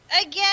Again